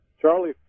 Charlie